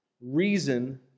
reason